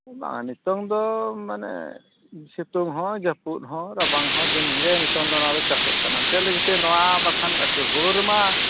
ᱵᱟᱝ ᱱᱤᱛᱳᱝ ᱫᱚ ᱢᱟᱱᱮ ᱥᱤᱛᱩᱝ ᱦᱚᱸ ᱡᱟᱹᱯᱩᱫ ᱦᱚᱸ ᱨᱟᱵᱟᱝ ᱦᱚᱸ ᱫᱤᱱᱜᱮ ᱱᱤᱛᱚᱝ ᱫᱚ ᱚᱱᱟᱫᱚ ᱪᱟᱥᱚᱜ ᱠᱟᱱᱟ ᱪᱮᱫ ᱞᱟᱹᱜᱤᱫᱛᱮ ᱱᱚᱣᱟ ᱵᱟᱠᱷᱟᱱ ᱟᱨᱠᱤ ᱦᱩᱲᱩ ᱨᱮᱢᱟ